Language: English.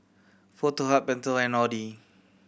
Foto Hub Pentel and Audi